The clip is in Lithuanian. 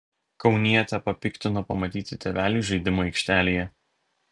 kaunietę papiktino pamatyti tėveliai žaidimų aikštelėje